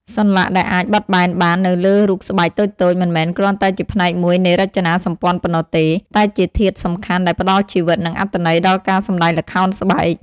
សន្លាក់ដែលអាចបត់បែនបាននៅលើរូបស្បែកតូចៗ មិនមែនគ្រាន់តែជាផ្នែកមួយនៃរចនាសម្ព័ន្ធប៉ុណ្ណោះទេ តែជាធាតុសំខាន់ដែលផ្តល់ជីវិត និងអត្ថន័យដល់ការសម្តែងល្ខោនស្បែក។